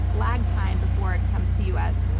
lag time before it comes to us,